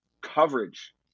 coverage